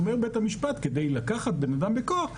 אומר בית-המשפט כדי לקחת בן-אדם בכוח,